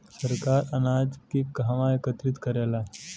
सरकार अनाज के कहवा एकत्रित करेला?